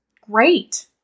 Great